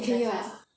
oh you can hear ah